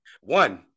One